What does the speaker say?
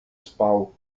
spał